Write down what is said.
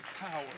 power